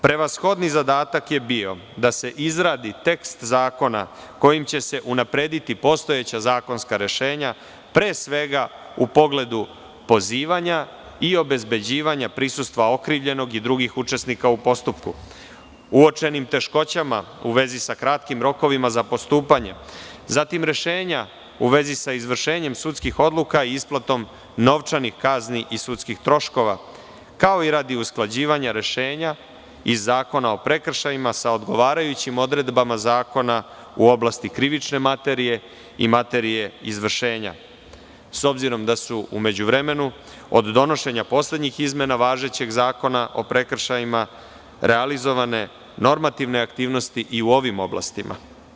Prevashodni zadatak je bio da se izradi tekst zakona kojim će se unaprediti postojeća zakonska rešenja, pre svega u pogledu pozivanja i obezbeđivanja prisustva okrivljenog i drugih učesnika u postupku, uočenim teškoćama u vezi sa kratkim rokovima za postupanje, zatim rešenja u vezi sa izvršenjem sudskih odluka i isplatom novčanih kazni i sudskih troškova, kao i radi usklađivanja rešenja iz Zakona o prekršajima sa odgovarajućim odredbama zakona u oblasti krivične materije i materije izvršenja, s obzirom da su u međuvremenu, od donošenja poslednjih izmena važećeg Zakona o prekršajima, realizovane normativne aktivnosti i u ovim oblastima.